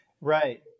Right